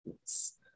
yes